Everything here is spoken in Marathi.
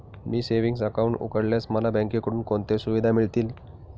मी सेविंग्स अकाउंट उघडल्यास मला बँकेकडून कोणत्या सुविधा मिळतील?